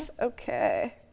Okay